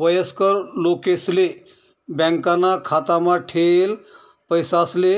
वयस्कर लोकेसले बॅकाना खातामा ठेयेल पैसासले